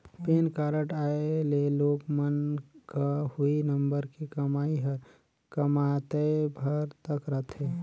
PAN card आए ले लोग मन क हुई नंबर के कमाई हर कमातेय भर तक रथे